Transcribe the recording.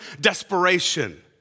desperation